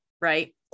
right